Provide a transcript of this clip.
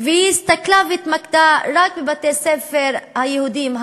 והיא הסתכלה והתמקדה רק בבתי-הספר היהודיים,